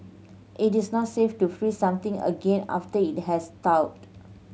it is not safe to freeze something again after it has thawed